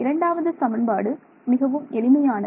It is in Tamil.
இரண்டாவது சமன்பாடு மிகவும் எளிமையானது